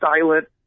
silent